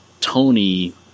Tony